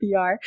PR